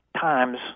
times